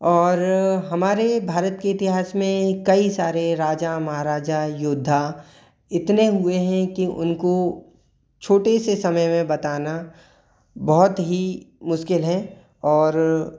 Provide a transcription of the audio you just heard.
और हमारे भारत के इतिहास में कई सारे राजा महाराजा योद्धा इतने हुए हैं कि उनको छोटे से समय में बताना बहुत ही मुश्किल है और